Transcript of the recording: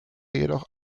jedoch